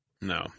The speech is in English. No